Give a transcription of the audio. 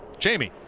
jamie.